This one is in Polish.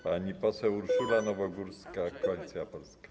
Pani poseł Urszula Nowogórska, Koalicja Polska.